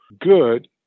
good